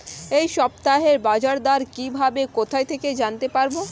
এই সপ্তাহের বাজারদর কিভাবে কোথা থেকে জানতে পারবো?